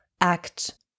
act